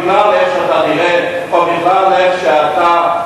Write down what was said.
בגלל איך שאתה נראה או בגלל איך שאתה,